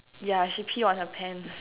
yeah she pee on her pants